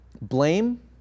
Blame